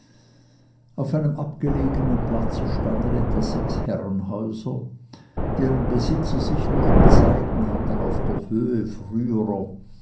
auf einem abgelegenen platze standen etwa sechs herrenhäuser deren besitzer sich durch den seidenhandel auf der höhe früherer